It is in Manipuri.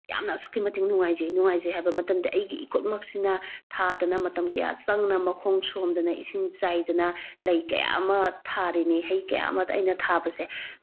ꯌꯥꯝꯅ ꯑꯁꯨꯛꯀꯤ ꯃꯇꯤꯛ ꯅꯨꯡꯉꯥꯏꯖꯩ ꯅꯨꯡꯉꯥꯏꯖꯩ ꯍꯥꯏꯕ ꯃꯇꯝꯗ ꯑꯩꯒꯤ ꯏꯈꯨꯠꯃꯛꯁꯤꯅ ꯊꯥꯗꯅ ꯃꯇꯝ ꯀꯌꯥ ꯆꯪꯅ ꯃꯈꯣꯡ ꯁꯣꯝꯗꯅ ꯏꯁꯤꯡ ꯆꯥꯏꯗꯅ ꯂꯩ ꯀꯌꯥ ꯑꯃ ꯊꯥꯔꯤꯅꯤ ꯍꯩ ꯀꯌꯥ ꯑꯃ ꯑꯩꯅ ꯊꯥꯕꯁꯦ